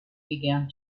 began